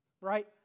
right